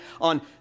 on